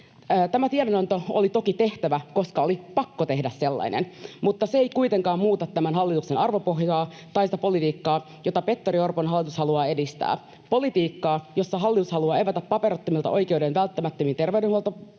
Tämä tiedonanto oli toki tehtävä, koska oli pakko tehdä sellainen. Mutta se ei kuitenkaan muuta tämän hallituksen arvopohjaa tai sitä politiikkaa, jota Petteri Orpon hallitus haluaa edistää: politiikkaa, jossa hallitus haluaa evätä paperittomilta oikeuden välttämättömiin terveyspalveluihin,